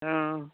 অঁ